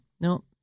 no